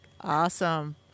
Awesome